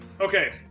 Okay